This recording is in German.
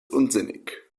unsinnig